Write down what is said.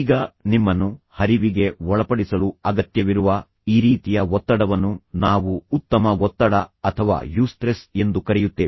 ಈಗ ನಿಮ್ಮನ್ನು ಹರಿವಿಗೆ ಒಳಪಡಿಸಲು ಅಗತ್ಯವಿರುವ ಈ ರೀತಿಯ ಒತ್ತಡವನ್ನು ನಾವು ಉತ್ತಮ ಒತ್ತಡ ಅಥವಾ ಯೂಸ್ಟ್ರೆಸ್ ಎಂದು ಕರೆಯುತ್ತೇವೆ